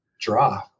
draw